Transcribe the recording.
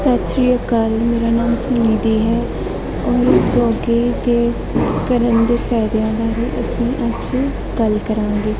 ਸਤਿ ਸ਼੍ਰੀ ਅਕਾਲ ਮੇਰਾ ਨਾਮ ਸੁਨਿਧੀ ਹੈ ਔਰ ਯੋਗਾ ਦੇ ਕਰਨ ਦੇ ਫਾਇਦਿਆਂ ਬਾਰੇ ਅਸੀਂ ਅੱਜ ਗੱਲ ਕਰਾਂਗੇ